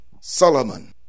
solomon